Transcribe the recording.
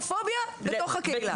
יש הומופוביה בתוך הקהילה.